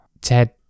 Ted